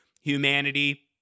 humanity